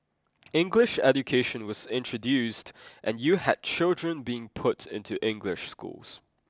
English education was introduced and you had children being put into English schools